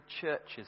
churches